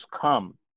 come